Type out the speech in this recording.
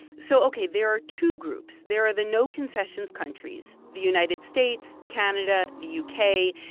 so ok. there are two groups. there are the no-concessions countries, the united states, canada, the u k.